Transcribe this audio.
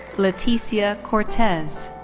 letisia cortes.